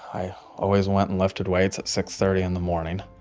i always went and lifted weights at six thirty in the morning.